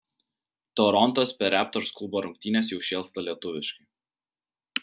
torontas per raptors klubo rungtynes jau šėlsta lietuviškai